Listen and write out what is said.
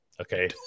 Okay